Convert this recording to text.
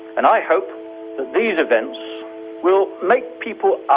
and i hope that these events will make people